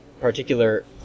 particular